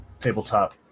tabletop